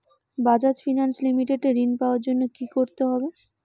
Bajaj finance limited এ ঋন পাওয়ার জন্য কি করতে হবে?